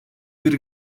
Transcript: bir